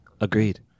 Agreed